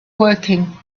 woking